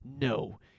No